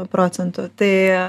procentų tai